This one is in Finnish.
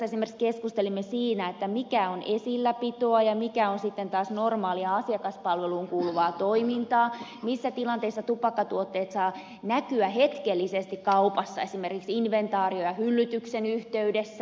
valiokunnassa esimerkiksi keskustelimme siitä mikä on esilläpitoa ja mikä on sitten taas normaalia asiakaspalveluun kuuluvaa toimintaa missä tilanteissa tupakkatuotteet saavat näkyä hetkellisesti kaupassa esimerkiksi inventaarion ja hyllytyksen yhteydessä jnp